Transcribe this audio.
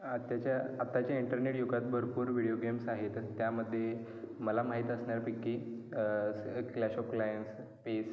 आत्ताच्या आत्ताच्या इंटरनेट युगात भरपूर व्हिडीओ गेम्स आहेत त्यामध्ये मला माहीत असणारपैकी क्लॅश ऑफ क्लॅन्स पेस